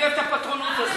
אני אוהב את הפטרונות הזאת.